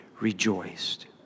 rejoiced